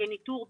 בניטור ביוב,